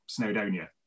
Snowdonia